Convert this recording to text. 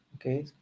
okay